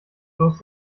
bloß